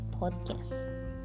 podcast